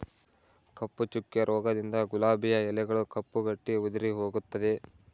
ಕಪ್ಪು ಚುಕ್ಕೆ ರೋಗದಿಂದ ಗುಲಾಬಿಯ ಎಲೆಗಳು ಕಪ್ಪು ಗಟ್ಟಿ ಉದುರಿಹೋಗುತ್ತದೆ